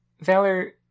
Valor